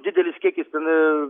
didelis kiekis tame